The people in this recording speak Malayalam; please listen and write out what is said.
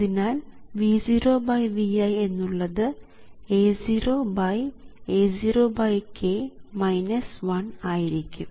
അതിനാൽ V0Vi എന്നുള്ളത് A0A0k 1 ആയിരിക്കും